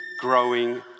growing